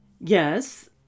Yes